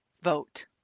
Vote